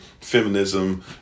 feminism